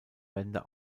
wende